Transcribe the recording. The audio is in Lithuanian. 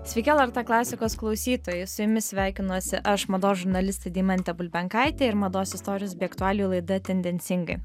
sveiki lrt klasikos klausytojai su jumis sveikinuosi aš mados žurnalistė deimantė bulbenkaitė ir mados istorijos bei aktualijų laida tendencingai